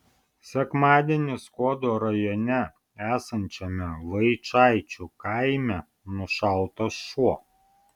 sekmadienį skuodo rajone esančiame vaičaičių kaime nušautas šuo